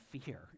fear